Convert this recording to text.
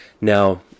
Now